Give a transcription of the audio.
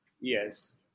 Yes